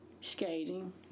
skating